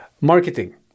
Marketing